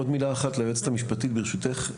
עוד מילה אחת ליועצת המשפטית, ברשותך.